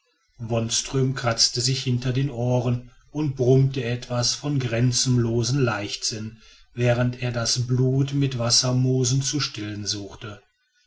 wonström kratzte sich hinter den ohren und brummte etwas von grenzenlosem leichtsinn während er das blut mit wassermoos zu stillen suchte